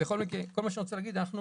בכל מקרה, כל מה שאני רוצה להגיד, אנחנו